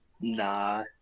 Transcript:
Nah